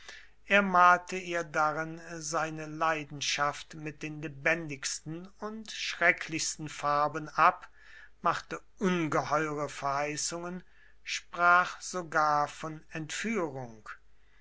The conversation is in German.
er malte ihr darin seine leidenschaft mit den lebendigsten und schrecklichsten farben ab machte ungeheure verheißungen sprach sogar von entführung